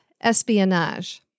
Espionage